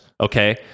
Okay